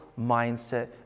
mindset